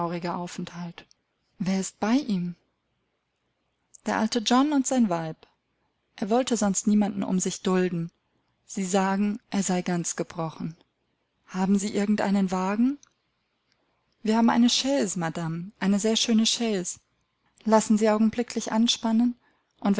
aufenthalt wer ist bei ihm der alte john und sein weib er wollte sonst niemanden um sich dulden sie sagen er sei ganz gebrochen haben sie irgend einen wagen wir haben eine chaise madam eine sehr schöne chaise lassen sie augenblicklich anspannen